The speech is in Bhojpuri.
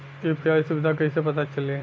यू.पी.आई सुबिधा कइसे पता चली?